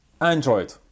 Android